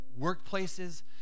workplaces—